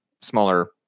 smaller